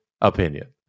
opinion